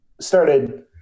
started